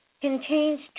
Contains